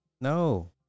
No